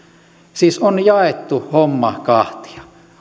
siis on jaettu homma kahtia